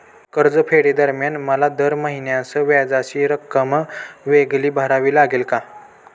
कर्जफेडीदरम्यान मला दर महिन्यास व्याजाची रक्कम वेगळी भरावी लागेल का?